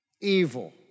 evil